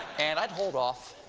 and i'd hold off.